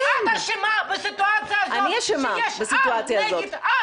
את אשמה בסיטואציה הזאת שיש עם נגד עם.